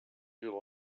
you